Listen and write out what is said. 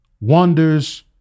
wonders